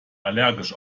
allergisch